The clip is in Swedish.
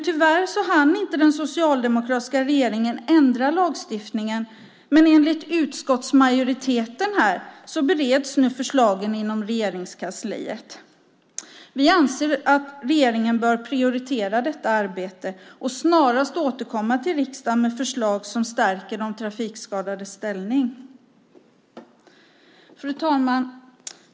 Tyvärr hann inte den socialdemokratiska regeringen ändra lagstiftningen, men enligt utskottsmajoriteten bereds nu förslagen inom Regeringskansliet. Vi anser att regeringen bör prioritera detta arbete och snarast återkomma till riksdagen med förslag som stärker de trafikskadades ställning. Fru talman!